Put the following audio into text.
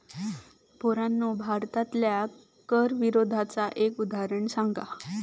पोरांनो भारतातल्या कर विरोधाचा एक उदाहरण सांगा